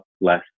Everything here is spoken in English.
less